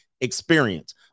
experience